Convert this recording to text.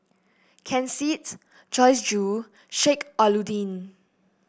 Ken Seets Joyce Jue Sheik Alau'ddin